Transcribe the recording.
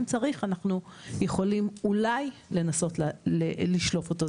אם צריך, אנחנו יכולים אולי לנסות לשלוף אותו.